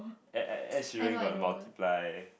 Ed Ed Ed-Sheeran got the multiply